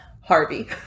Harvey